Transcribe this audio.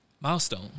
Milestone